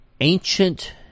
Ancient